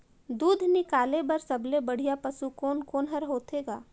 दूध निकाले बर सबले बढ़िया पशु कोन कोन हर होथे ग?